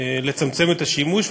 לצמצם את השימוש,